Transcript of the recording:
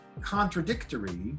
contradictory